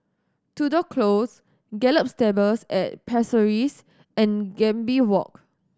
Tudor Close Gallop Stables at Pasir Ris and Gambir Walk